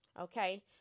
Okay